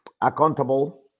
accountable